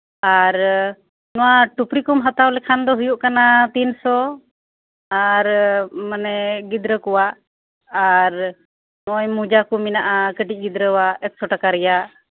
ᱟᱨ ᱱᱚᱣᱟ ᱴᱩᱯᱨᱤ ᱠᱚᱢ ᱦᱟᱛᱟᱣ ᱞᱮᱠᱷᱟᱱ ᱫᱚ ᱛᱤᱱᱥᱚ ᱟᱨ ᱢᱟᱱᱮ ᱜᱤᱫᱽᱨᱟᱹ ᱠᱚᱣᱟᱜ ᱟᱨ ᱢᱟᱱᱮ ᱟᱨ ᱢᱳᱡᱟ ᱠᱚ ᱢᱮᱱᱟᱜᱼᱟ ᱠᱟᱹᱴᱤᱡ ᱜᱤᱫᱽᱨᱟᱹ ᱠᱚᱣᱟᱜ ᱮᱠᱥᱳ ᱴᱟᱠᱟ ᱨᱮᱭᱟᱜ